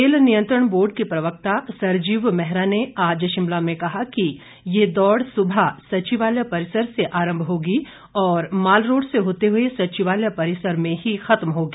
खेल नियंत्रण बोर्ड के प्रवक्ता सरजीव मैहरा ने आज शिमला में कहा कि ये दौड़ सुबह सचिवालय परिसर से आरंभ होगी और मालरोड़ से होते हुए सचिवालय परिसर में ही खत्म होगी